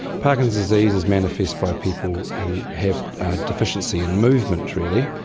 parkinson's disease is manifest by people who have a deficiency in movement, really.